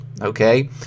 Okay